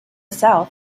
south